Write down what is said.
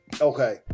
Okay